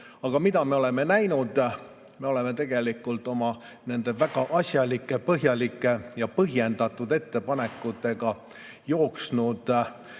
Aga mida me oleme näinud? Me oleme tegelikult oma nende väga asjalike, põhjalike ja põhjendatud ettepanekutega jooksnud